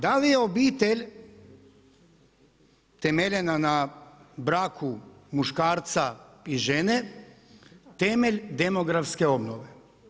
Da li je obitelj temeljena na braku muškarca i žene temelj demografske obnove?